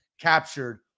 captured